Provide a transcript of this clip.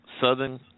southern